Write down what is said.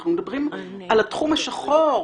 אנחנו מדברים על התחום השחור,